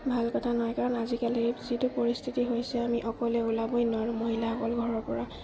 ভাল কথা নহয় কাৰণ আজিকালি যিটো পৰিস্থিতি হৈছে আমি অকলে ওলাবই নোৱাৰোঁ মহিলাসকল ঘৰৰ পৰা